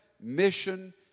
mission